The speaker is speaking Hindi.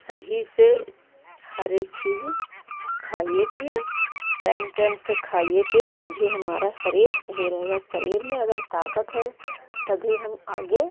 यही से हर एक चीज़ खाइए पिए टाएम टाएम से खाइए पिए तभी हमारा शरीर सही रहेगा शरीर में अगर ताकत है तभी हम आगे